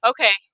Okay